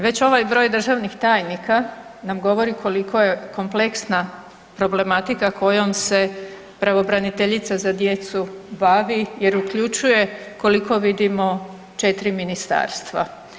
Već ovaj broj državnih tajnika nam govori koliko je kompleksna problematika kojom se pravobraniteljica za djecu bavi, jer uključuje koliko vidimo 4 ministarstva.